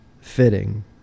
fitting